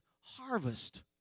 harvest